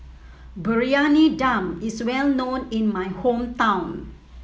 Briyani Dum is well known in my hometown